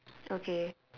okay